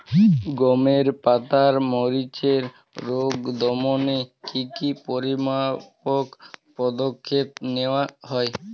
গমের পাতার মরিচের রোগ দমনে কি কি পরিমাপক পদক্ষেপ নেওয়া হয়?